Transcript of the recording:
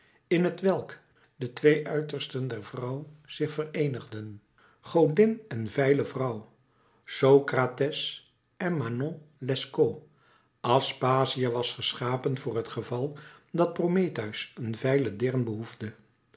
in t welk de twee uitersten der vrouw zich vereenigden godin en veile vrouw socrates en manon lescaut aspasia was geschapen voor t geval dat prometheus een veile deern